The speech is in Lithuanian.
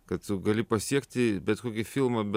kad tu gali pasiekti bet kokį filmą